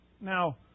Now